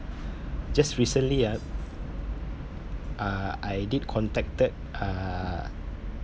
just recently ah uh I did contacted uh